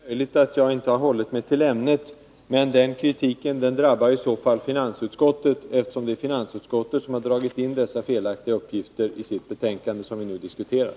Fru talman! Det är möjligt att jag inte har hållit mig till ämnet, men den kritiken drabbar i så fall finansutskottet, som har tagit in dessa felaktiga uppgifter i sitt yttrande till det betänkande som vi nu diskuterar.